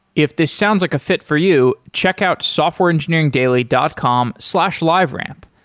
if this sounds like a fit for you, check out softwareengineeringdaily dot com slash liveramp.